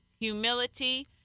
humility